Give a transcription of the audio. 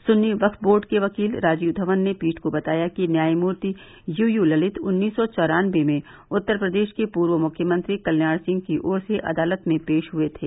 सुन्नी वक्फ बोर्ड के वकील राजीव धवन ने पीठ को बताया कि न्यायमूर्ति यूयू ललित उन्नीस सौ चौरानवे में उत्तर प्रदेश के पूर्व मुख्यमंत्री कल्याण सिंह की ओर से अदालत में पेश हुए थे